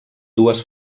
dues